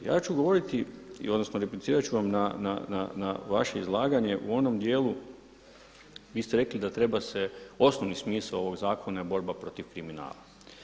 Ja ću govoriti, odnosno, replicirat ću vam na vaše izlaganje u onom dijelu, vi ste rekli da je osnovni smisao ovog zakona je borba protiv kriminala.